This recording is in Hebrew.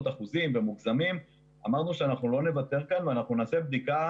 אחוזים ואמרנו שאנחנו לא נוותר כאן ונעשה בדיקה,